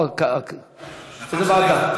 איזו ועדה?